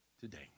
today